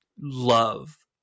love